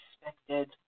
expected